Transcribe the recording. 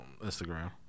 Instagram